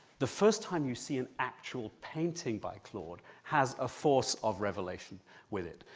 the first time you see an actual painting by claude has a force of revelation with it,